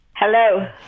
Hello